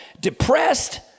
depressed